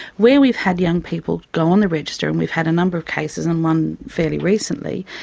where we've had young people go on the register, and we've had a number of cases, and one fairly recently,